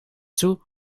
toe